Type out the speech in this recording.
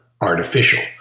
artificial